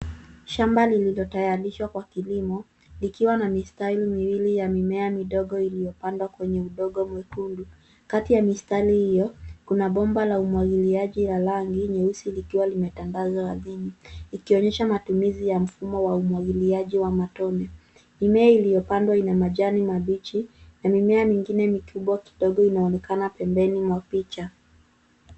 Shamba lililoyotayarishwa kwa kilimo, likiwa na mistari miwili ya mimea midogo iliyopandwa kwenye udongo mwekundu. Kati ya mistari hio, kuna bomba la umwagiliaji ya rangi nyeusi likiwa limetandazwa ardhini, likionyesha matumizi ya mfumo wa umwagiliaji wa matone. Mimea iliyopandwa ina majani mabichi, na mimea mingine mikubwa kidogo inaonekana pembeni mwa picha.